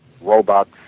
robots